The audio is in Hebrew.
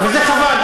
וזה חבל.